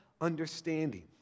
understanding